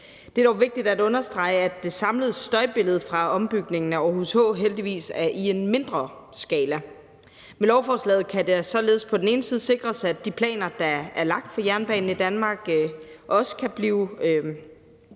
Det er dog vigtigt at understrege, at det samlede støjbillede fra ombygningen af Aarhus H heldigvis er i en mindre skala. Med lovforslaget kan det således på den ene side sikres, at de planer, der er lagt for jernbanen i Danmark, kan opretholdes,